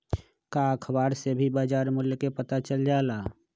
का अखबार से भी बजार मूल्य के पता चल जाला?